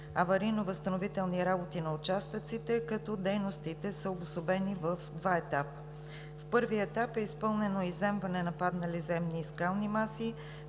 аварийно-възстановителни работи на участъците, като дейностите са обособени в два етапа. В първия етап е изпълнено изземването на паднали земни и скални маси,